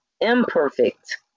imperfect